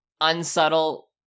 unsubtle